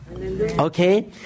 Okay